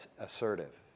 assertive